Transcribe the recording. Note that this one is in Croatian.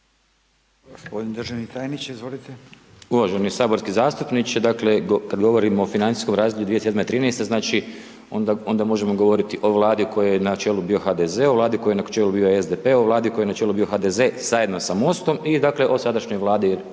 Uvaženi saborski zastupniče. Dakle, kad govorimo o financijskog razdoblju 2007.-2013., znači, onda možemo govoriti o Vladi kojoj je na čelu bio HDZ, Vladi kojoj na čelu je bio SDP, Vladu kojoj na čelu je bio HDZ zajedno sa MOST-om i dakle o sadašnjoj Vladi